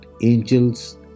angels